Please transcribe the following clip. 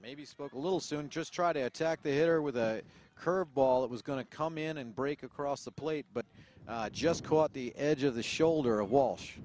maybe spoke a little soon just try to attack the header with a curve ball that was going to come in and break across the plate but just caught the edge of the shoulder a walsh